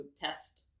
test